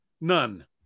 None